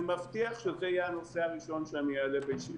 אני מבטיח שזה יהיה הנושא הראשון שאעלה בישיבה.